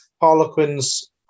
Harlequins